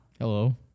hello